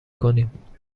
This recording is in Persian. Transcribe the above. کنیم